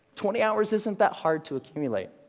twenty hours isn't that hard to accumulate.